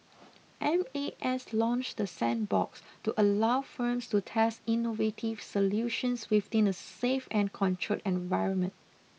M A S launched the sandbox to allow firms to test innovative solutions within a safe and controlled environment